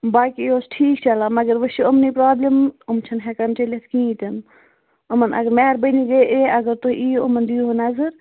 باقٕے اوس ٹھیٖک چَلان مگر وۅنۍ چھِ یِمنٕے پرٛابلم یِم چھِنہٕ ہٮ۪کان چٔلَتھ کِہیٖنٛۍ تہِ نہٕ یِمن اگر مہربٲنی گٔیے اگر تُہۍ یِیِو یِمن دِیِو نَظَر